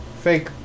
fake